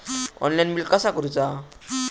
Online bill कसा करुचा?